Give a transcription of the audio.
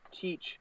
teach